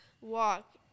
Walk